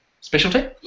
specialty